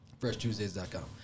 FreshTuesdays.com